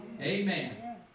Amen